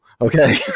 Okay